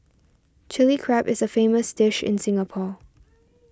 Chilli Crab is a famous dish in Singapore